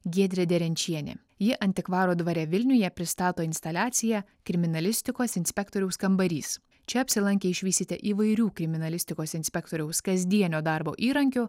giedrė derenčienė ji antikvaro dvare vilniuje pristato instaliaciją kriminalistikos inspektoriaus kambarys čia apsilankę išvysite įvairių kriminalistikos inspektoriaus kasdienio darbo įrankių